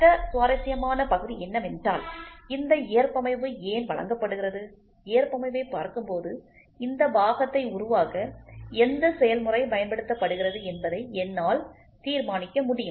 மற்ற சுவாரஸ்யமான பகுதி என்னவென்றால் இந்த ஏற்பமைவு ஏன் வழங்கப்படுகிறது ஏற்பமைவை பார்க்கும்போது இந்த பாகத்தை உருவாக்க எந்த செயல்முறை பயன்படுத்தப்படுகிறது என்பதை என்னால் தீர்மானிக்க முடியும்